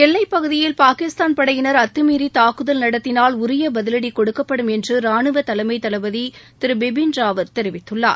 எல்லைப்பகுதியில் பாகிஸ்தான் படையினர் அத்துமீறி தாக்குதல் நடத்தினால் உரிய பதிலடி கொடுக்கப்படும் என்று ரானுவ தலைமைத்தளபதி திரு பிபின் ராவத் தெரிவித்துள்ளார்